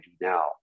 now